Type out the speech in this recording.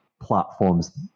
platforms